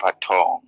Patong